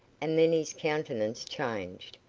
and then his countenance changed,